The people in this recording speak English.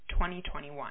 2021